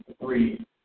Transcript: three